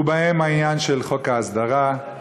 העניין של חוק ההסדרה,